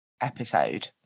episode